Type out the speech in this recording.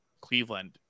Cleveland